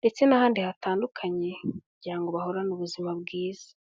ndetse n'ahandi hatandukanye kugira ngo bahorane ubuzima bwiza.